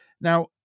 Now